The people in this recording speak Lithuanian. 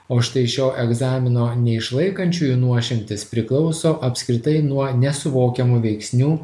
o štai šio egzamino neišlaikančiųjų nuošimtis priklauso apskritai nuo nesuvokiamų veiksnių